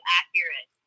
accurate